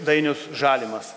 dainius žalimas